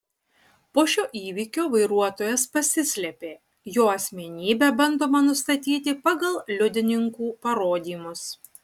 po šio įvykio vairuotojas pasislėpė jo asmenybę bandoma nustatyti pagal liudininkų parodymus